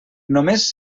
només